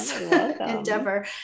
endeavor